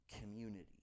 community